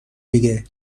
دیگه